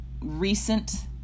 recent